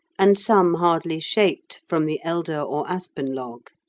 and some hardly shaped from the elder or aspen log.